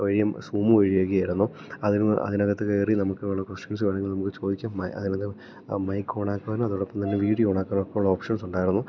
വഴിയും സൂം വഴിയൊക്കെയായിരുന്നു അതിന് അതിനകത്തു കയറി നമുക്കുള്ള ക്വസ്റ്റ്യൻസ് വേണമെങ്കില് നമുക്കു ചോദിക്കാം മൈക്ക് ഓണാക്കാനും അതോടൊപ്പംതന്നെ തന്നെ വീഡിയോ ഓണാക്കാനുമൊക്കെയുള്ള ഓപ്ഷൻ ഉണ്ടായിരുന്നു